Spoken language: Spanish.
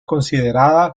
considerada